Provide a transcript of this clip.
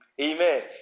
Amen